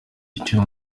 icyo